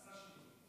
נעשה שינוי?